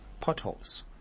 potholes